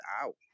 out